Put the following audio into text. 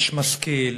איש משכיל,